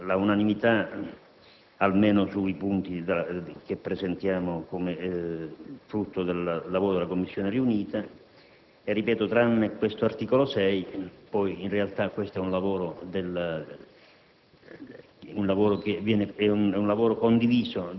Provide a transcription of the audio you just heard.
si è raggiunta l'unanimità almeno sui punti che presentiamo come frutto del lavoro delle Commissione riunite e, ripeto, tranne l'articolo 6, in realtà questo è un lavoro che